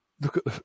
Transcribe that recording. look